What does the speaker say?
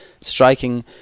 Striking